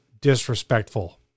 disrespectful